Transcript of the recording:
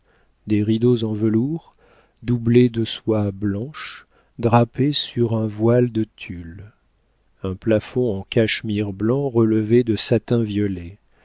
des rideaux en velours doublés de soie blanche drapés sur un voile de tulle un plafond en cachemire blanc relevé de satin violet